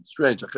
Strange